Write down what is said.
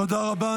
תודה רבה.